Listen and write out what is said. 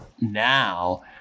now